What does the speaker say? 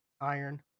iron